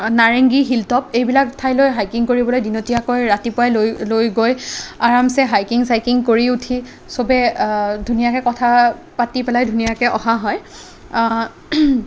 নাৰেংগী hill top এইবিলাক ঠাইলৈ hiking কৰিবলৈ দিনতীয়াকৈ ৰাতিপুৱাই লৈ লৈ গৈ আৰামচে হাইকিং চাইকিং কৰি উঠি চবে ধুনীয়াকৈ কথা পাতি পেলাই ধুনীয়াকৈ অহা হয়